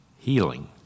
Healing